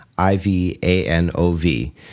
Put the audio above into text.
I-V-A-N-O-V